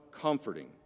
comforting